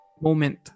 moment